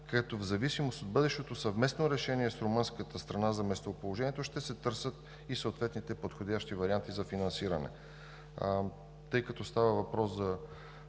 и в зависимост от бъдещото съвместно решение с румънската страна за местоположението ще се търсят и съответните подходящи варианти за финансиране. Тъй като става въпрос за